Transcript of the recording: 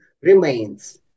remains